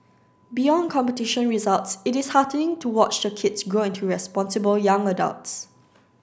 beyond competition results it is heartening to watch the kids grow into responsible young adults